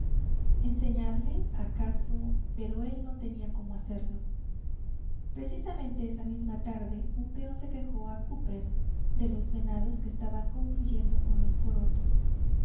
enseñarle acaso pero él no tenía cómo hacerlo precisamente esa misma tarde un peón se quejó a cooper de los venados que estaban concluyendo con los porotos